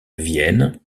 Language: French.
vienne